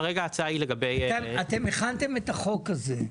כרגע ההצעה היא לגבי --- אתם הכנתם את החוק הזה.